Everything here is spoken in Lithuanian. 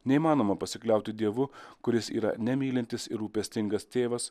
neįmanoma pasikliauti dievu kuris yra nemylintis ir rūpestingas tėvas